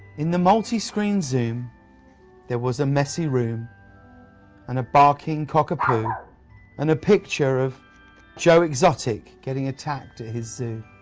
in the multi-screen zoom there was a messy room and a barking cockapoo and a picture of joe exotic getting attacked at his zoo